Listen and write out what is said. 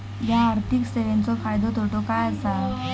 हया आर्थिक सेवेंचो फायदो तोटो काय आसा?